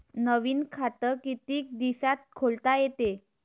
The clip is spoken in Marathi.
नवीन खात कितीक दिसात खोलता येते?